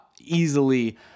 easily